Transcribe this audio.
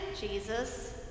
Jesus